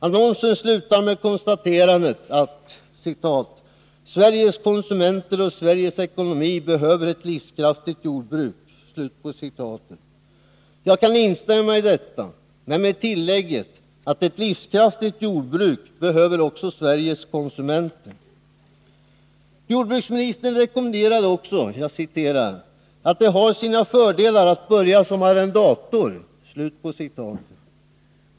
Annonsen slutar med konstaterandet: ”Sveriges konsumenter och Sveriges ekonomi behöver ett livskraftigt jordbruk.” Jag kan instämma i detta, men med tillägget att ett livskraftigt jordbruk också behöver Sveriges konsumenter. Jordbruksministern säger också ”att det har sina fördelar ——— att börja som arrendator”.